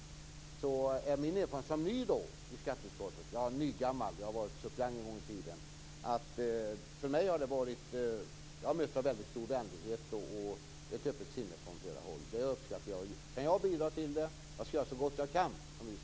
Jag är ny i skatteutskottet - eller åtminstone nygammal; jag har en gång i tiden varit suppleant - och jag har mötts av stor vänlighet och ett öppet sinne från flera håll. Det uppskattar jag, och jag skall, som vi socialdemokrater brukar säga, göra så gott jag kan.